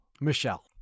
Michelle